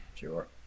Sure